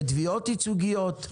לתביעות ייצוגיות,